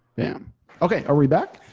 and okay, are we back